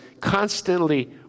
constantly